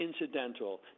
incidental